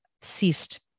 ceased